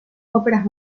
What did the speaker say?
óperas